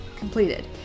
Completed